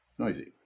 Noisy